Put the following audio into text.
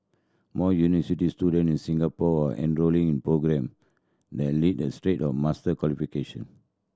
more student in Singapore are enrolling in programme that lead a straight of master qualification